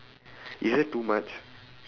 is it too much